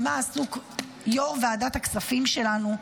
במה עסוק יו"ר ועדת הכספים שלנו?